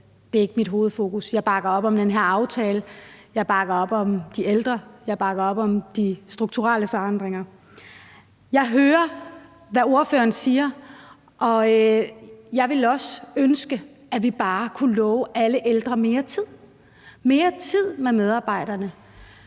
det er ikke mit hovedfokus. Jeg bakker op om den her aftale. Jeg bakker op om de ældre. Jeg bakker op om de strukturelle forandringer. Jeg hører, hvad ordføreren siger, og jeg ville også ønske, at vi bare kunne love alle ældre mere tid – mere tid med medarbejderne.